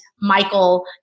Michael